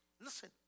Listen